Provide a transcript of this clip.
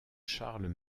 charles